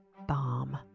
bomb